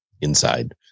inside